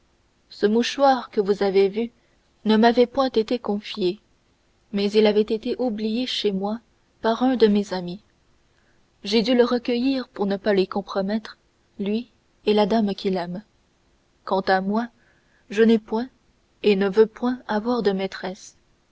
ce mouchoir que vous avez vu ne m'avait point été confié mais il avait été oublié chez moi par un de mes amis j'ai dû le recueillir pour ne pas les compromettre lui et la dame qu'il aime quant à moi je n'ai point et ne veux point avoir de maîtresse